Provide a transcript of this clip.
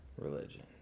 religion